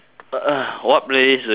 what playlist do you have